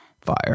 fire